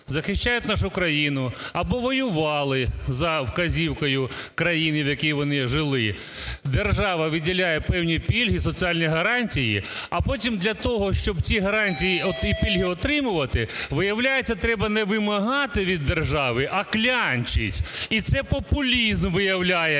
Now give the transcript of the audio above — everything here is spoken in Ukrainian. захищають нашу країну або воювали за вказівкою країни, в якій вони жили, держава виділяє певні пільги, соціальні гарантії, а потім для того, щоб ті гарантії, оті пільги отримувати, виявляється, треба не вимагати від держави, а клянчить. І це популізм, виявляється,